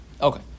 Okay